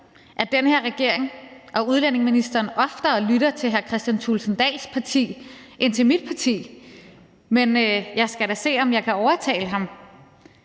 at den her regering og udlændingeministeren oftere lytter til hr. Kristian Thulesen Dahls parti end til mit parti. Jeg skal da se, om jeg kan overtale ham,